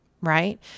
right